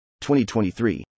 2023